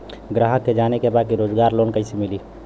ग्राहक के जाने के बा रोजगार लोन कईसे मिली?